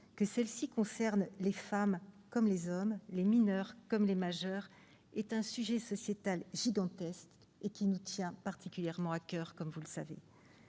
que celles-ci concernent les femmes ou les hommes, les mineurs ou les majeurs, est un sujet sociétal gigantesque qui nous tient particulièrement à coeur. Ce sujet